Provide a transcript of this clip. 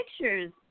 pictures